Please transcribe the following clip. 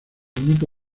único